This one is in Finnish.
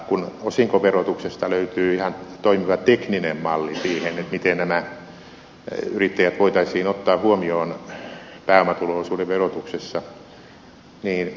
kun osinkoverotuksesta löytyy ihan toimiva tekninen malli siihen miten nämä yrittäjät voitaisiin ottaa huomioon pääomatulo osuuden verotuksessa niin miksei sitä käytettäisi